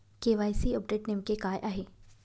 KYC update नेमके काय आहे?